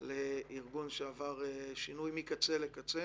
לארגון שעבר שינוי מקצה לקצה,